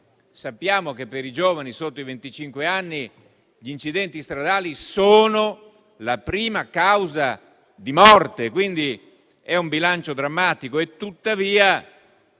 sappiamo che per i giovani sotto i venticinque anni gli incidenti stradali sono la prima causa di morte, quindi il bilancio è drammatico. Tuttavia,